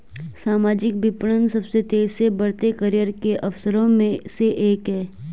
सामाजिक विपणन सबसे तेजी से बढ़ते करियर के अवसरों में से एक है